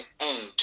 end